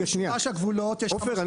על מגרש הגבולות --- עופר,